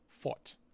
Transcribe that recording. fought